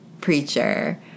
preacher